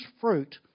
fruit